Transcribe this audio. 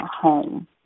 home